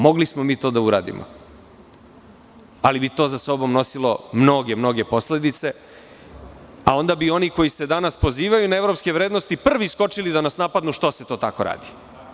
Mogli smo to da uradimo, ali to bi za sobom nosilo mnoge posledice, a onda bi oni koji se danas pozivaju na evropske vrednosti prvi skočili što se to tako radi.